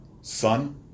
Son